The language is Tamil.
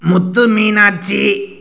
முத்துமீனாட்சி